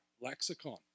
lexicon